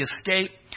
escape